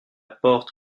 porte